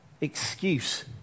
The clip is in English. excuse